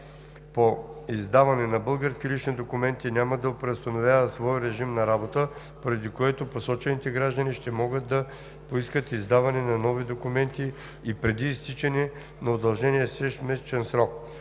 по издаване на български лични документи няма да преустановява своя режим на работа, поради което посочените граждани ще могат да поискат издаване на нови документи и преди изтичане на удължения 6 месечен срок.